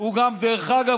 דרך אגב,